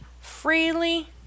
freely